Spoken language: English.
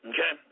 Okay